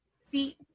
see